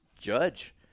judge